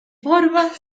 forma